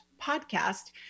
podcast